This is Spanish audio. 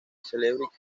celebrity